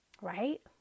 right